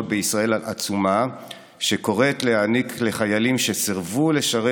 בישראל על עצומה שקוראת להעניק לחיילים שסירבו לשרת